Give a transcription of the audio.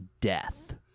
death